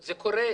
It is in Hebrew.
זה קורה.